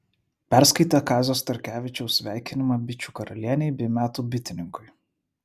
perskaitė kazio starkevičiaus sveikinimą bičių karalienei bei metų bitininkui